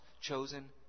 chosen